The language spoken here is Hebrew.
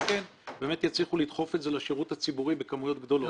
כן באמת יצליחו לדחוף את זה לשירות הציבורי בכמויות גדולות.